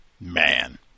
man